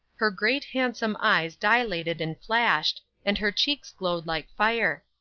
her great handsome eyes dilated and flashed, and her cheeks glowed like fire.